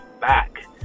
back